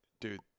dude